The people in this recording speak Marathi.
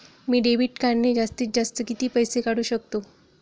मी डेबिट कार्डने जास्तीत जास्त किती पैसे काढू शकतो?